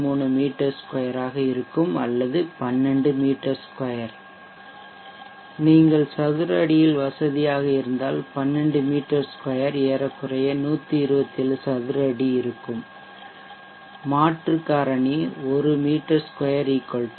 83 மீ 2 ஆக இருக்கும் அல்லது 12 மீ 2 நீங்கள் சதுர அடியில் வசதியாக இருந்தால் 12 மீ 2 ஏறக்குறைய 127 சதுர அடி இருக்கும் மாற்று காரணி 1 மீ 2 10